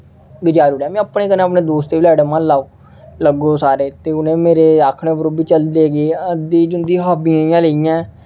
गजारी ओड़ेआ में अपने कन्नै अपने दोस्तें गी बी लाई ओड़ेआ आं लेऔ लग्गो सारे ते उ'न्ने मेरे आखने उप्पर बी चलदे गे जि'न्दी हॉबी इ'यां निं ऐ